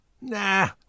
nah